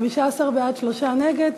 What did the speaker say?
15 בעד, שלושה נגד.